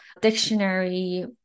dictionary